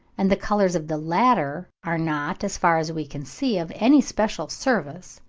and the colours of the latter are not, as far as we can see, of any special service,